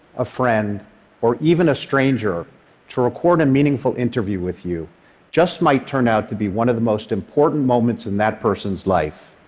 a friend or even a stranger to record a meaningful interview with you just might turn out to be one of the most important moments in that person's life,